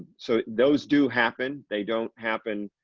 so those do happen. they don't happen.